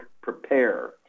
Prepare